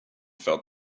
felt